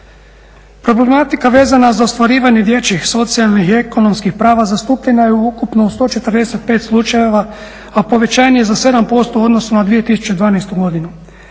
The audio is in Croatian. Problematika vezana za ostvarivanje dječjih, socijalnih i ekonomskih prava zastupljena je u ukupno 145 slučajeva, a povećanje za 7% u odnosu na 2012. godinu.